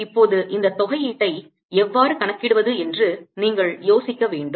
இப்போது இந்த தொகையீட்டை எவ்வாறு கணக்கிடுவது என்று நீங்கள் யோசிக்க வேண்டும்